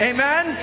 Amen